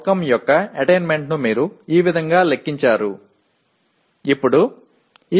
POவை அடைவதை நீங்கள் கணக்கிடுவது இப்படித்தான்